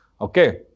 Okay